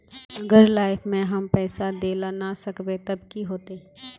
अगर लाइफ में हैम पैसा दे ला ना सकबे तब की होते?